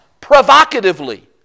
provocatively